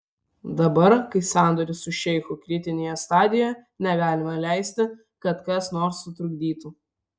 dabar kai sandoris su šeichu kritinėje stadijoje negalima leisti kad kas nors sutrukdytų